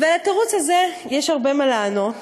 על התירוץ הזה יש הרבה מה לענות,